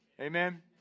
Amen